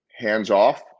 hands-off